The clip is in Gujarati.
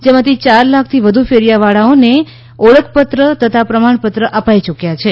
જેમાંથી ચાર લાખ થી વધુ ફેરીયાવાળાઓને ઓળખપત્ર તથા પ્રમાણપત્ર અપાઈ યૂક્યા છે